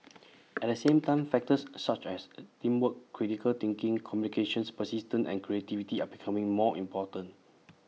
at the same time factors such as A teamwork critical thinking communication persistence and creativity are becoming more important